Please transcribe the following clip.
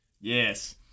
Yes